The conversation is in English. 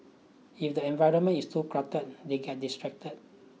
if the environment is too cluttered they get distracted